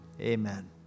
amen